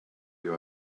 you